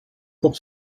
pour